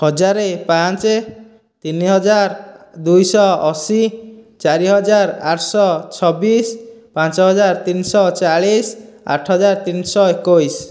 ହଜାର ପାଞ୍ଚ ତିନିହଜାର ଦୁଇଶହ ଅଶୀ ଚାରି ହଜାର ଆଠଶହ ଛବିଶ ପାଞ୍ଚହଜାର ତିନିଶହ ଚାଳିଶ ଆଠ ହଜାର ତିନିଶହ ଏକୋଇଶି